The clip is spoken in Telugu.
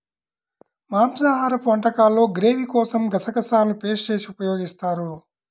మాంసాహరపు వంటకాల్లో గ్రేవీ కోసం గసగసాలను పేస్ట్ చేసి ఉపయోగిస్తారు